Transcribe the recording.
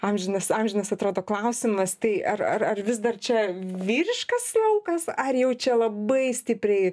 amžinas amžinas atrodo klausimas tai ar ar ar vis dar čia vyriškas laukas ar jau čia labai stipriai